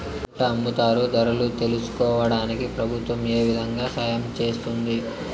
పంట అమ్ముతారు ధరలు తెలుసుకోవడానికి ప్రభుత్వం ఏ విధంగా సహాయం చేస్తుంది?